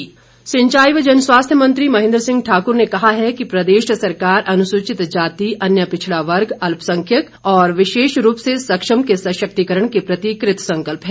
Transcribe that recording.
महेंद्र सिंह सिंचाई व जन स्वास्थ्य मंत्री महेंद्र सिंह ठाकुर ने कहा है कि प्रदेश सरकार अनुसूचित जाति अन्य पिछड़ा वर्ग अल्पसंख्यक और विशेष रूप से सक्षम के सशक्तिकरण के प्रति कृतसंकल्प है